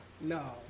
No